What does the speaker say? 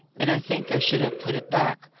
and i think i should have put it back,